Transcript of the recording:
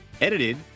Edited